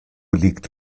liegt